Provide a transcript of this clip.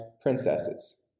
princesses